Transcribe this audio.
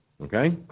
Okay